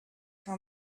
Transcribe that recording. how